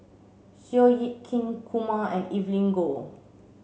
Seow Yit Kin Kumar and Evelyn Goh